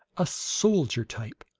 a soldier type.